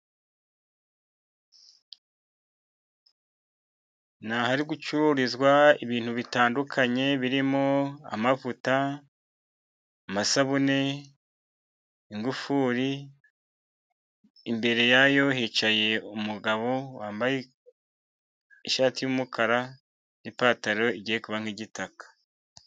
Ni ahari gucururizwa ibintu bitandukanye birimo amavuta, masabune, ingufuri, imbere yayo hicaye umugabo wambaye ishati y'umukara, n'ipantaro igiye kuba nk'igitaka.